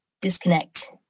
disconnect